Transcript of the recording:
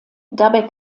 dabei